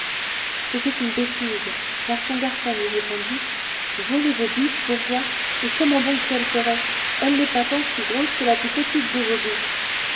c'était une bêtise car son garçon lui répondit voler vos bûches bourgeois et comment donc qu'elle ferait elle n'est pas tant si grosse que la plus petite de vos bûches